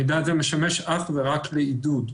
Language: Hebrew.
המידע הזה משמש אך ורק לעידוד.